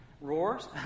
roars